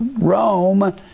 Rome